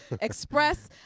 express